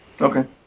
Okay